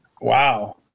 Wow